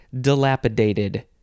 Dilapidated